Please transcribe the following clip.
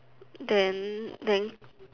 then then